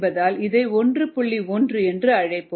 1 என்று அழைப்போம்